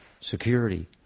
security